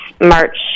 march